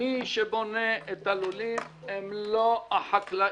שמי שבונה את הלולים הם לא החקלאים.